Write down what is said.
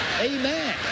Amen